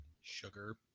sugar